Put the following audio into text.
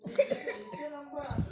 चवळी पीक कसा लावचा?